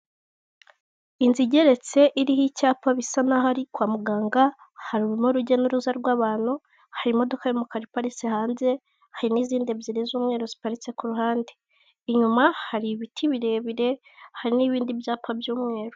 Inzu igeretse iriho icyapa bisa n'aho ari kwa muganga, harimo urujya n'uruza rw'abantu, hari imodoka y'umukara iparitse hanze, hari n'izindi ebyiri z'umweru ziparitse ku ruhande, inyuma hari ibiti birebire, hari n'ibindi byapa by'umweru.